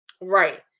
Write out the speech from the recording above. Right